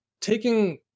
taking